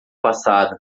passada